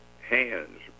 hands